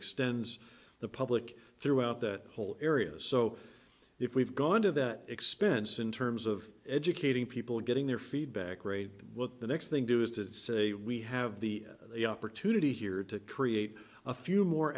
extends the public throughout that whole area so if we've gone to that expense in terms of educating people getting their feedback rating what the next thing to do is to say we have the opportunity here to create a few more